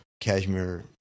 cashmere